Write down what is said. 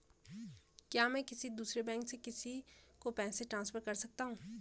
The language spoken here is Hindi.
क्या मैं किसी दूसरे बैंक से किसी को पैसे ट्रांसफर कर सकता हूँ?